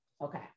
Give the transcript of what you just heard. okay